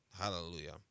hallelujah